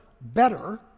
better